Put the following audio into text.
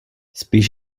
spíš